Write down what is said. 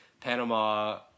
Panama